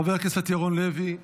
חבר הכנסת ירון לוי,